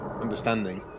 understanding